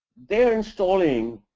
they're installing,